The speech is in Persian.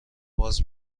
باز